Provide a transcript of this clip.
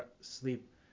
sleep